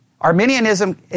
Arminianism